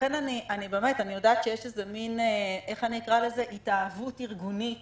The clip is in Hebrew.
אני יודעת שיש התאהבות ארגונית